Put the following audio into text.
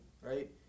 right